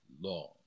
long